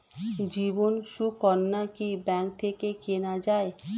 জীবন সুকন্যা কি ব্যাংক থেকে কেনা যায়?